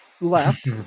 left